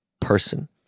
person